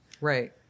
Right